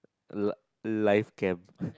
lif~ life camp